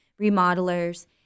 remodelers